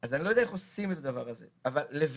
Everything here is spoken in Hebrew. אז אני לא יודע איך עושים את הדבר הזה אבל בינתיים